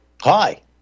hi